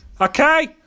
Okay